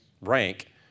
rank